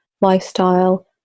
lifestyle